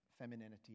femininity